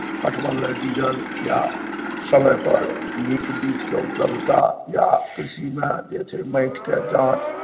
पटवन लेल डीजल या समयपर नीक बीजके उपलब्धता या कृषिमे जे छै माटिके जाँच